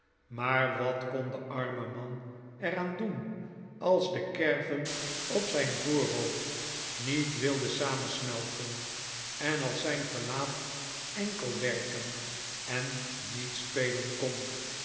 maar wat kon de arme man er aan doen als de kerven op zyn voorhoofd niet wilden samensmelten en als zyn gelaat enkel werken en niet spelen kon